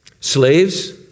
Slaves